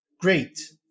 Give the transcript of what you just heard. great